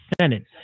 Senate